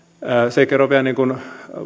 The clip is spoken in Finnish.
se ei kerro vielä